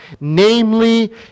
namely